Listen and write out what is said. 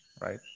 right